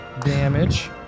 damage